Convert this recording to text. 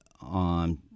on